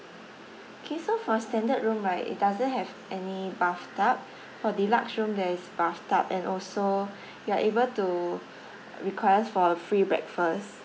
K so for standard room right it doesn't have any bathtub for deluxe room there's bathtub and also you are able to request for a free breakfast